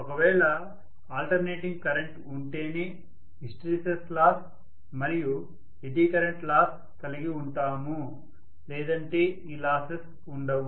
ఒకవేళ alternating current ఉంటేనే hysteresis loss మరియు ఎడ్డీ కరెంట్ లాస్ కలిగి ఉంటాము లేదంటే ఈ లాసెస్ ఉండవు